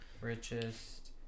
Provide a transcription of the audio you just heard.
Richest